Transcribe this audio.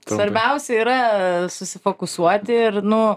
svarbiausia yra susifokusuoti ir nu